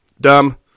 dumb